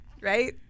Right